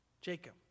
Jacob